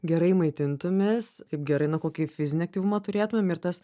gerai maitintumėmės kaip gerai na kokį fizinį aktyvumą turėtumėm ir tas